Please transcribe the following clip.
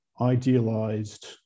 idealized